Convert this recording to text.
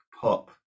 pop